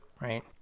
right